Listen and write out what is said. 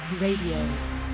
Radio